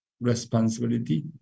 responsibility